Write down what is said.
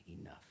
enough